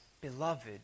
beloved